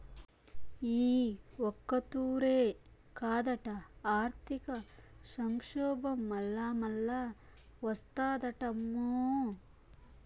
ఈ ఒక్కతూరే కాదట, ఆర్థిక సంక్షోబం మల్లామల్లా ఓస్తాదటమ్మో